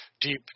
deep